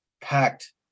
packed